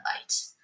light